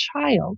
child